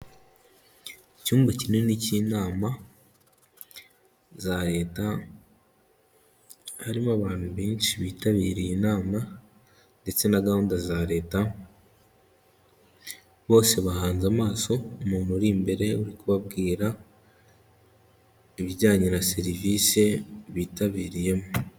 Icyumba kinini cy'inama za leta, harimo abantu benshi bitabiriye inama ndetse na gahunda za leta, bose bahanze amaso umuntu uri imbere uri kubabwira ibijyanye na serivisi bitabiriyemo.